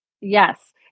Yes